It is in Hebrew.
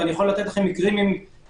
ואני יכול לתת לכם מקרים ספציפיים,